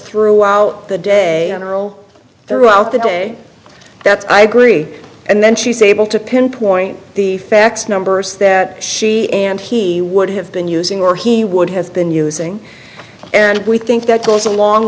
throughout the day eneral throughout the day that's i agree and then she's able to pinpoint the fax numbers that she and he would have been using or he would have been using and we think that goes a long